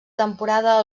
temporada